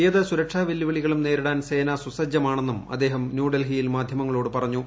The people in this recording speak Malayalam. ഏത് സുരക്ഷാവെല്ലുവിളികളും നേരിടാൻ സേന സുസജ്ജമാണെന്നും അദ്ദേഹം ന്യൂഡൽഹിയിൽ മാധ്യമങ്ങളോട് പറഞ്ഞു